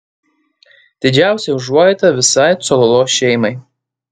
didžiausia užuojauta visai cololo šeimai